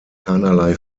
keinerlei